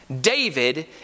David